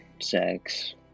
sex